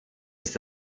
ist